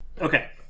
Okay